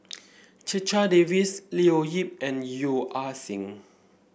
Checha Davies Leo Yip and Yeo Ah Seng